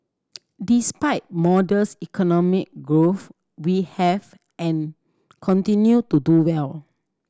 despite modest economy growth we have and continue to do well